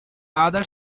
other